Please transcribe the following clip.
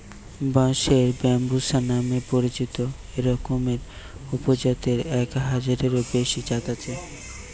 বাঁশের ব্যম্বুসা নামে পরিচিত একরকমের উপজাতের এক হাজারেরও বেশি জাত আছে